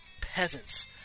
peasants